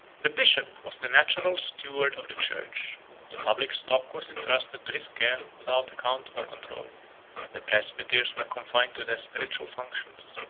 the bishop was the natural steward of the church the public stock was intrusted to his care without account or control the presbyters were confined to their spiritual functions,